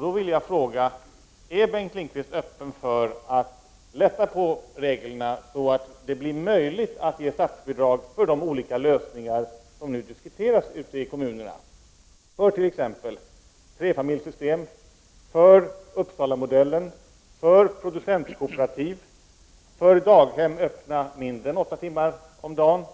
Då vill jag fråga: Är Bengt Lindqvist öppen för att lätta på reglerna, så att det blir möjligt att ge statsbidrag till de olika lösningar som nu diskuteras ute i kommunerna, för t.ex. trefamiljssystem, för Uppsalamodellen, för producentkooperativ, för daghem öppna mindre än åtta timmar om dagen,